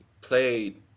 played